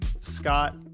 Scott